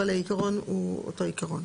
אבל העיקרון הוא אותו עיקרון.